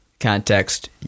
context